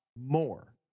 more